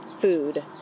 food